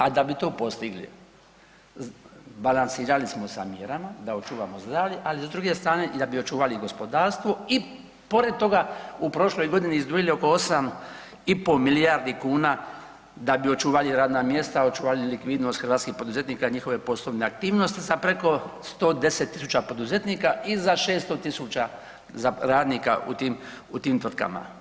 A da bi to postigli balansirali smo sa mjerama da očuvamo zdravlje, ali s druge strane i da bi očuvali gospodarstvo i pored toga u prošloj godini izdvojili oko 8,5 milijardi kuna da bi očuvali radna mjesta, očuvali likvidnost hrvatskih poduzetnika i njihove poslove aktivnosti sa preko 110.000 poduzetnika i za 600.000 radnika u tim, u tim tvrtkama.